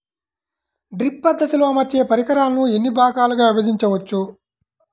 Drip పద్ధతిలో అమర్చే పరికరాలను ఎన్ని భాగాలుగా విభజించవచ్చు?